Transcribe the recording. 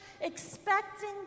expecting